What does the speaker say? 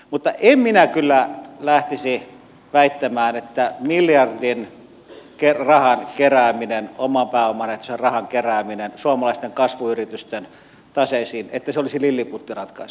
mutta en minä kyllä lähtisi väittämään että miljardin kerääminen oman pääoman ehtoisen rahan kerääminen suomalaisten kasvuyritysten taseisiin olisi lilliputtiratkaisu